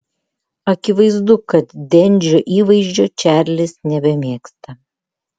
akivaizdu kad dendžio įvaizdžio čarlis nebemėgsta